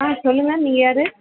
ஆ சொல்லுங்க நீங்கள் யார்